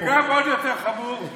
וגם עוד יותר חמור,